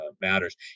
matters